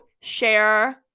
share